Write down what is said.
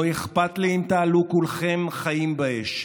לא אכפת לי אם תעלו כולכם חיים באש.